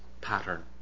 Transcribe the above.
pattern